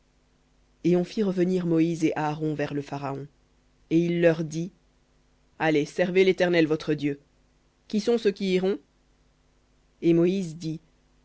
et on fit revenir moïse et aaron vers le pharaon et il leur dit allez servez l'éternel votre dieu qui sont ceux qui iront et moïse dit